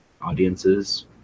audiences